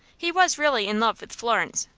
he was really in love with florence,